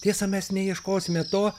tiesa mes neieškosime to